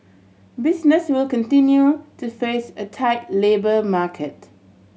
business will continue to face a tight labour market